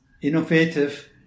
innovative